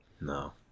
No